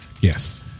Yes